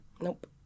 Nope